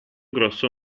grosso